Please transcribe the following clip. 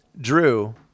Drew